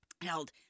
held